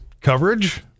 coverage